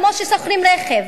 כמו ששוכרים רכב.